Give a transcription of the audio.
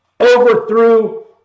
overthrew